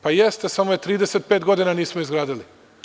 Pa, jeste, samo je 35 godina nismo izgradili.